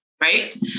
Right